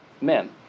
men